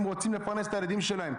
הם רוצים לפרנס את הילדים שלהם,